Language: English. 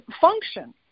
function